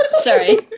Sorry